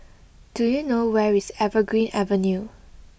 do you know where is Evergreen Avenue